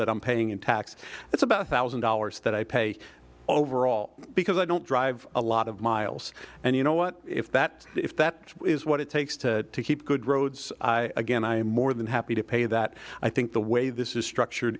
that i'm paying in taxes that's about a thousand dollars that i pay overall because i don't drive a lot of miles and you know what if that if that is what it takes to keep good roads again i am more than happy to pay that i think the way this is structured